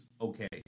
okay